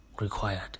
required